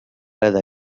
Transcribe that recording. هذا